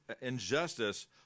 injustice